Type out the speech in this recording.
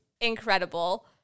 incredible